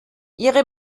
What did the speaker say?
ihre